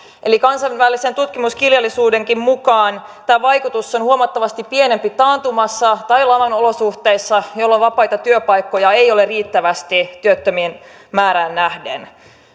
eli kansainvälisen tutkimuskirjallisuudenkin mukaan tämän vaikutus on huomattavasti pienempi taantumassa tai laman olosuhteissa jolloin vapaita työpaikkoja ei ole riittävästi työttömien määrään nähden